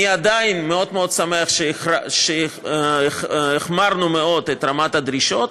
אני עדיין מאוד שמח שהחמרנו מאוד את רמת הדרישות,